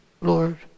Lord